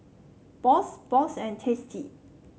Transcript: Bosch Bosch and Tasty